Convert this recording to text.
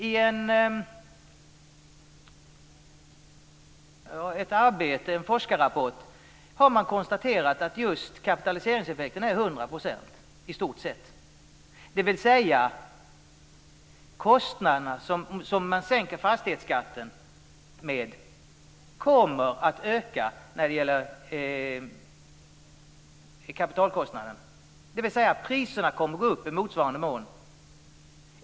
I en forskarrapport har man konstaterat att just kapitaliseringseffekten är i stort sett 100 %. Det belopp man sänker fastighetsskatten med minskar kostnaderna. Det kommer att öka kaitalkostnaderna, dvs. priserna kommer att gå upp i motsvarande mån.